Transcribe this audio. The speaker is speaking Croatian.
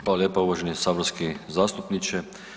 Hvala lijepo uvaženi saborski zastupniče.